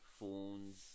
phones